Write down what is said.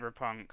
Cyberpunk